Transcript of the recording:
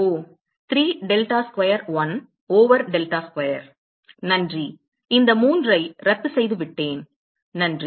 ஓ 3 delta square 1 over delta square நன்றி இந்த 3ஐ ரத்து செய்துவிட்டேன் நன்றி